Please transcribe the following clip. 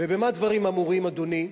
ובמה דברים אמורים, אדוני?